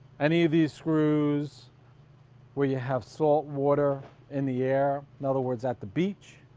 any of these screws where you have saltwater in the air, in other words at the beach.